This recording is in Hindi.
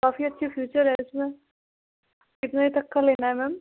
काफ़ी अच्छे फ़ीचर है इसमें कितने तक का लेना है मैम